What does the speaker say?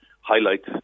highlights